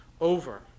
over